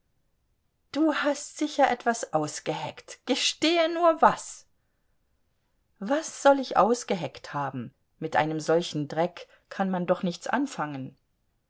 du hast sicher etwas ausgeheckt gestehe nur was was soll ich ausgeheckt haben mit einem solchen dreck kann man doch nichts anfangen